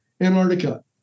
Antarctica